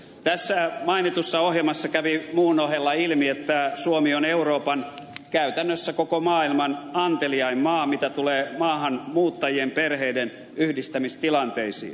tässä mainitussa ohjelmassa kävi muun ohella ilmi että suomi on euroopan käytännössä koko maailman anteliain maa mitä tulee maahanmuuttajien perheiden yhdistämistilanteisiin